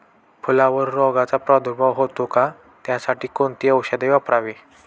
फुलावर रोगचा प्रादुर्भाव होतो का? त्यासाठी कोणती औषधे वापरावी?